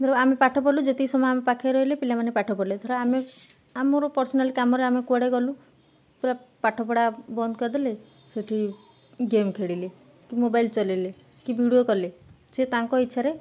ଧର ଆମେ ପାଠ ପଢ଼ିଲୁ ଯେତିକି ସମୟ ଆମ ପାଖରେ ରହିଲେ ପିଲାମାନେ ପାଠ ପଢିଲେ ଧର ଆମେ ଆମର ପର୍ସନାଲ କାମରେ ଆମେ କୁଆଡ଼େ ଗଲୁ ପୁରା ପାଠପଢ଼ା ବନ୍ଦ କରିଦେଲେ ସେଠି ଗେମ୍ ଖେଳିଲେ କି ମୋବାଇଲ୍ ଚଲେଇଲେ କି ଭିଡ଼ିଓ କଲେ ସେ ତାଙ୍କ ଇଚ୍ଛାରେ